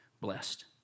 blessed